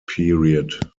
period